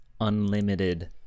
unlimited